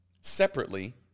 separately